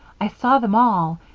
i saw them all.